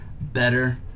better